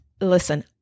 Listen